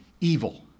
evil